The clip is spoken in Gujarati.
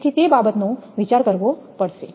તેથી તે બાબતનો વિચાર કરવો પડશે